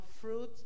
fruit